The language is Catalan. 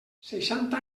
seixanta